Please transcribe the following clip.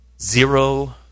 Zero